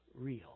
real